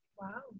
wow